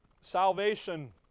Salvation